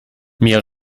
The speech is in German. mir